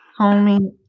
homie